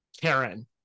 Karen